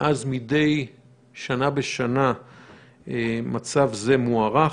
מאז מידי שנה בשנה מצב זה מוארך.